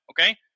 Okay